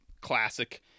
classic